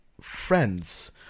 friends